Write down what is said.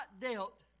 dealt